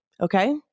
Okay